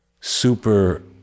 super-